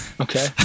Okay